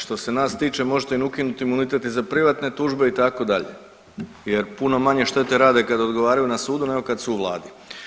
Što se nas tiče možete im ukinuti i za privatne tužbe itd. jer puno manje štete rade kad ogovaraju na sudu nego kad su u vladi.